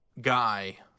Guy